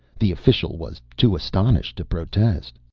the official was too astonished to protest.